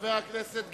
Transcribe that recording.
חבר הכנסת גילאון,